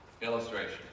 Illustration